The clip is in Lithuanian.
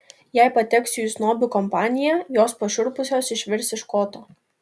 jei pateksiu į snobių kompaniją jos pašiurpusios išvirs iš koto